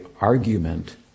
argument